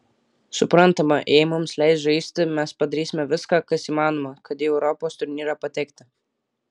suprantama jei mums leis žaisti mes padarysime viską kas įmanoma kad į europos turnyrą patekti